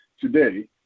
today